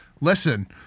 listen